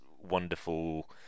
wonderful